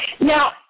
Now